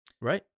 right